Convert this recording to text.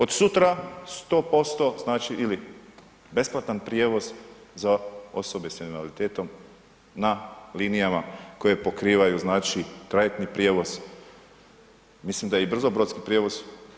Od sutra 100% znači ili besplatan prijevoz za osobe s invaliditetom na linijama koje pokrivaju znači trajektni prijevoz, mislim da i brzobrodski prijevoz.